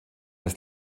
ist